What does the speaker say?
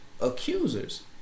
accusers